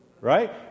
right